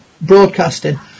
broadcasting